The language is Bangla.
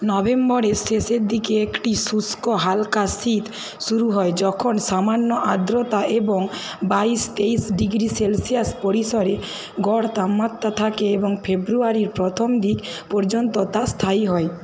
নভেম্বরের শেষের দিকে একটি শুষ্ক হালকা শীত শুরু হয় যখন সামান্য আর্দ্রতা এবং বাইশ তেইশ ডিগ্রি সেলসিয়াস পরিসরে গড় তাপমাত্রা থাকে এবং ফেব্রুয়ারির প্রথম দিক পর্যন্ত তা স্থায়ী হয়